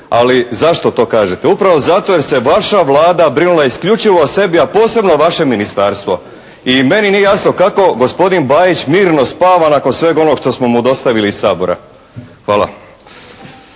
Ali zašto to kažete? Upravo zato jer se je vaša Vlada brinula isključivo o sebi, a posebno vaše ministarstvo. I meni nije jasno kako gospodin Bajić mirno spava nakon svega onoga što smo mu dostavili iz Sabora. Hvala.